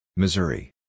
Missouri